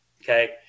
okay